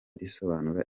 risobanura